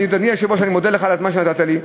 אדוני היושב-ראש, אני מודה לך על הזמן שנתת לי.